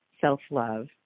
self-love